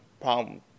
problem